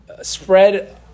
spread